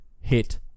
hit